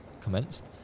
commenced